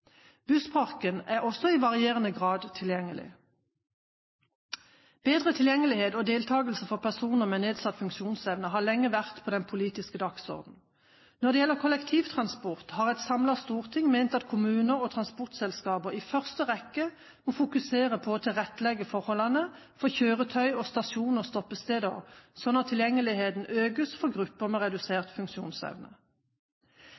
Bussparken er også i varierende grad tilgjengelig. Bedre tilgjengelighet og deltakelse for personer med nedsatt funksjonsevne har lenge vært på den politiske dagsorden. Når det gjelder kollektivtransport, har et samlet storting ment at kommuner og transportselskaper i første rekke må fokusere på å tilrettelegge forholdene for kjøretøy og stasjoner/stoppesteder slik at tilgjengeligheten økes for grupper med